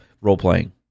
role-playing